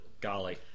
Golly